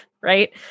right